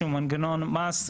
שהוא מנגנון מס,